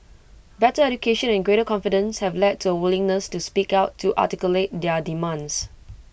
better education and greater confidence have led to A willingness to speak out to articulate their demands